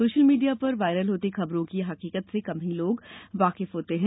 social media पर viral होती खबरों की हकीकत से कम ही लोग वाकिफ होते हैं